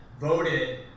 voted